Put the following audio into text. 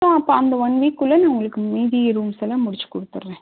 ஆ அப்போ அந்த ஒன் வீக்குள்ளே நான் உங்களுக்கு மீதி ரூம்ஸ் எல்லாம் முடிச்சு கொடுத்துட்றேன்